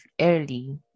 early